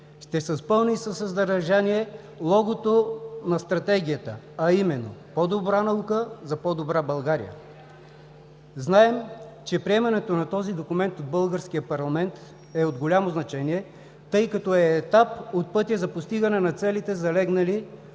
ще се изпълни със съдържание логото на Стратегията, а именно „По-добра наука за по-добра България!“. Знаем, че приемането на този документ от българския парламент е от голямо значение, тъй като е етап от пътя за постигане на целите, залегнали